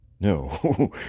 no